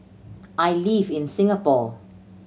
I live in Singapore